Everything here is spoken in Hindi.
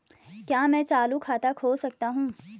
क्या मैं चालू खाता खोल सकता हूँ?